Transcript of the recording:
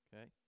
Okay